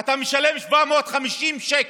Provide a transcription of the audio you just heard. אתה משלם 750 שקל.